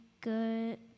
good